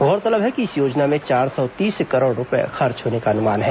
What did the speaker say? गौरतलब है कि इस योजना में चार सौ तीस करोड़ रूपये खर्च होने का अनुमान है